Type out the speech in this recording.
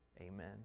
Amen